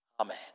Amen